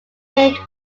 named